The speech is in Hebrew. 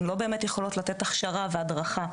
הן לא באמת יכולות לתת הכשרה והדרכה,